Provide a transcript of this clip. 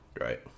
Right